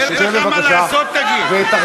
תשב בבקשה, אין לך מה לעשות, תגיד?